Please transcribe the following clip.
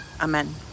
Amen